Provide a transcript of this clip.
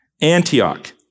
Antioch